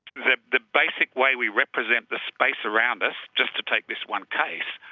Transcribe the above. the the basic way we represent the space around us, just to take this one case,